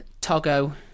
Togo